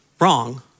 wrong